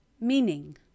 meaning